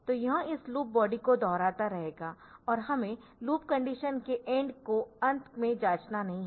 तो यह इस लूप बॉडी को दोहराता रहेगा और हमें लूप कंडीशन के एन्ड को अंत में जांचना नहीं है